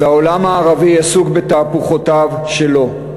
והעולם הערבי עסוק בתהפוכותיו שלו.